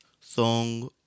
song